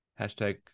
hashtag